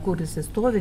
kur jisai stovi